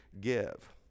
give